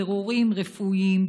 בירורים רפואיים,